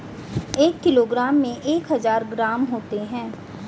एक किलोग्राम में एक हजार ग्राम होते हैं